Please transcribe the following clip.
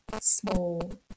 small